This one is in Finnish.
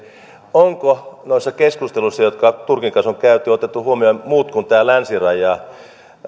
onko noissa keskusteluissa jotka turkin kanssa on käyty otettu huomioon muut kuin tämä länsiraja